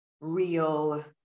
real